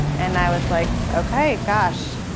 and i was like, ok, gosh,